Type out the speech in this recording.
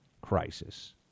crisis